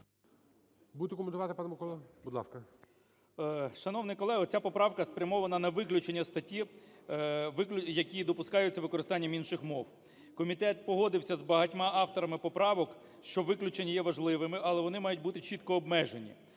Шановні колеги, ця поправка спрямована на виключення статті, в якій допускається використання інших мов. Комітет погодився з багатьма авторами поправок, що виключення є важливими, але вони мають бути чітко обмежені.